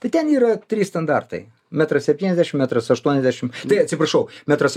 tai ten yra trys standartai metras septyniasdešimt metras aštuoniasdešimt tai atsiprašau metras